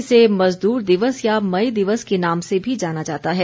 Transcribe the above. इसे मजदूर दिवस या मई दिवस के नाम से भी जाना जाता है